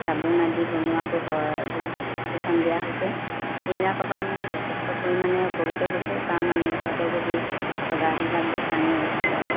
চাবোন আদি বনোৱাতো হয় এইবিলাক প্ৰশিক্ষণ দিয়া হৈছে এইবিলাকৰ পৰা আমি যথেষ্ট পৰিমাণে উপকৃত হৈছোঁ কাৰণ আমি ঘৰতে যদি বিলাক আনি